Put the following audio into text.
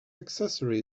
accessory